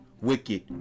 wicked